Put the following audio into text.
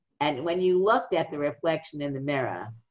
and when you looked at the reflection in the mirror,